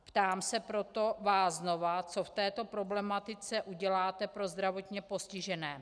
Ptám se vás proto znovu, co v této problematice uděláte pro zdravotně postižené.